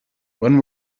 when